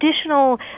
additional